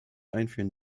einführen